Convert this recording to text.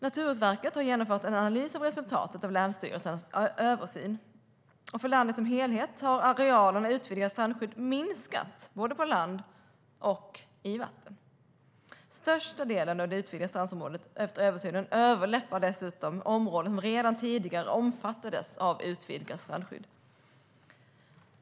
Naturvårdsverket har genomfört en analys av resultatet av länsstyrelsernas översyn. För landet som helhet har arealerna utvidgat strandskydd minskat både på land och i vatten. Största delen av det utvidgade strandskyddet efter översynen överlappar dessutom områden som redan tidigare omfattades av utvidgat strandskydd.